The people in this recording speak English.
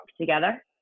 together